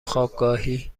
خوابگاهی